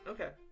Okay